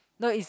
no is